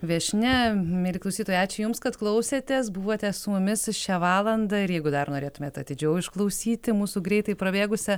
viešnia mieli klausytojai ačiū jums kad klausėtės buvote su mumis šią valandą ir jeigu dar norėtumėt atidžiau išklausyti mūsų greitai prabėgusią